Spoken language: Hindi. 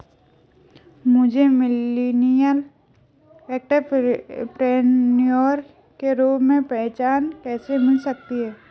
मुझे मिलेनियल एंटेरप्रेन्योर के रूप में पहचान कैसे मिल सकती है?